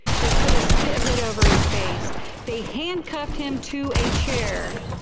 they put a spit hood over his face they hand curved him to a chair.